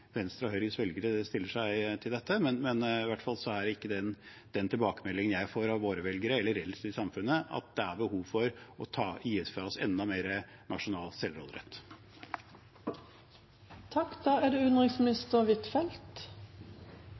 velgere på. Jeg vet ikke hvordan Venstres og Høyres velgere stiller seg til dette, men den tilbakemeldingen jeg får fra våre velgere – eller ellers i samfunnet – er i hvert fall ikke at det er behov for å gi fra oss enda mer nasjonal selvråderett.